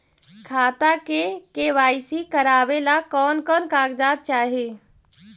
खाता के के.वाई.सी करावेला कौन कौन कागजात चाही?